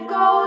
go